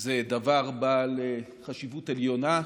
זה דבר בעל חשיבות עליונה.